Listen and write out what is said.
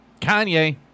Kanye